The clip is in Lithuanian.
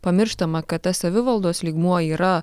pamirštama kad tas savivaldos lygmuo yra